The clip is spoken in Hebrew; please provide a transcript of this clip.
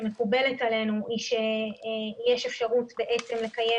שמקובלת עלינו - היא שיש אפשרות לקיים